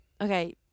Okay